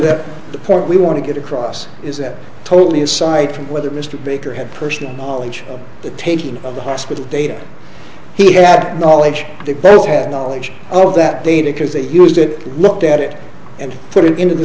that the point we want to get across is that totally aside from whether mr baker had personal knowledge of the taking of the hospital data he had knowledge they both have knowledge of that data because they used it looked at it and put it into the